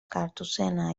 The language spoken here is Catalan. catorzena